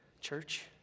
church